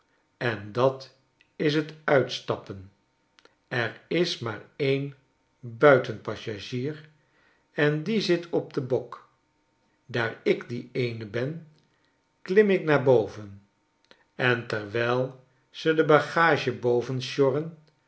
en dat is het uitstappen er is maar een buitenpassagier en die zit op den bok daar ik die eene ben klim ik naar boven en terwijl ze de bagage boven sjorren